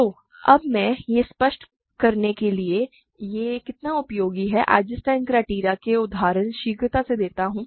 तो अब मैं आपको यह स्पष्ट करने के लिए कि यह कितना उपयोगी है आइजेंस्टाइन क्राइटेरियन के कुछ उदाहरण शीघ्रता से देता हूँ